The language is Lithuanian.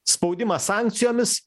spaudimas sankcijomis